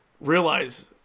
realize